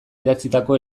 idatzitako